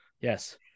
Yes